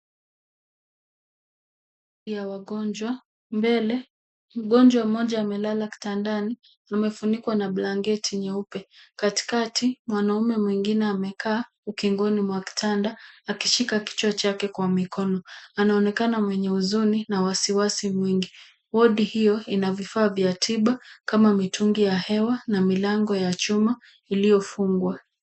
Wodi ya wagonjwa, mbele mgonjwa mmoja amelala kitandani amefunikwa na blanketi nyeupe. Katikati mwanaume mwingine amekaa ukingoni mwa kitanda, akishika kichwa chake kwa mikono. Anaonekana mwenye huzuni na wasiwasi mwingi. Wodi hiyo ina vifaa vya tiba, kama mitungi ya hewa, na milango ya chuma iliyofungwa.